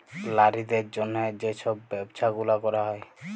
লারিদের জ্যনহে যে ছব ব্যবছা গুলা ক্যরা হ্যয়